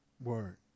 Word